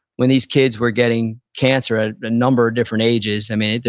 when these kids were getting cancer at a number of different ages, i mean,